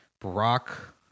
Brock